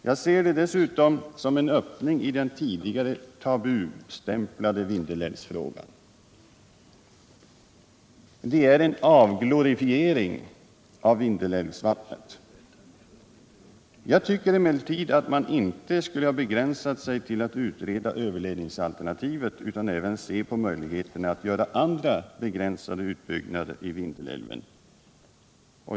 Jag ser det dessutom som en öppning i den tidigare tabustämplade Vindelälvsfrågan. Det är en avglorifiering av Vindelälvsvattnet. Jag tycker emellertid att man inte skall begränsa sig till att utreda överledningsalternativet utan också se på möjligheterna att göra andra begränsade utbyggnader i Vindelälven.